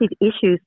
issues